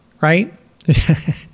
right